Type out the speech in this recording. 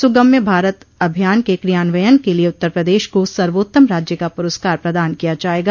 सुगम्य भारत अभियान के क्रियान्वयन के लिये उत्तर प्रदेश को सर्वोत्तम राज्य का पुरस्कार प्रदान किया जायेगा